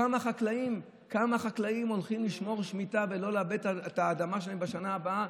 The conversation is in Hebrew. כמה חקלאים הולכים לשמור שמיטה ולא לעבד את האדמה שלהם בשנה הבאה?